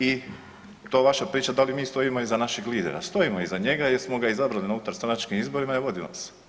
I ta vaša priča da li mi stojimo iza našeg lidera, stojimo iza njega jer smo ga izabrali na unutarstranačkim izborima i vodi nas.